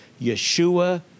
Yeshua